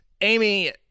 Amy